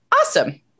Awesome